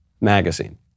Magazine